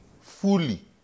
fully